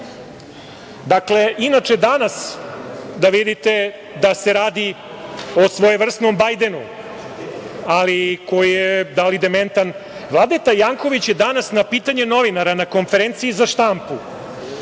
završena. Inače, danas da vidite da se radi o svojevrsnom „Bajdenu“, ali koji, da li je dementan, Vladeta Janković je danas na pitanje novinara na konferenciji za štampu